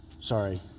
Sorry